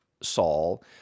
Saul